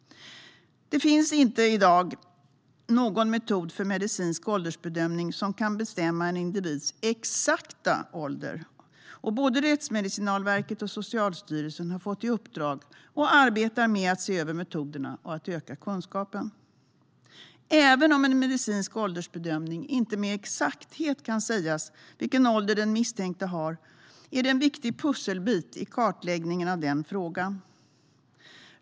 Det finns i dag inte någon metod för medicinsk åldersbedömning som kan bestämma en individs exakta ålder. Både Rättsmedicinalverket och Socialstyrelsen har fått i uppdrag att arbeta med att se över metoderna och att öka kunskapen. Även om en medicinsk åldersbedömning inte med exakthet kan säga vilken ålder den misstänkte har är den en viktig pusselbit i kartläggningen av frågan.